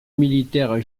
militaire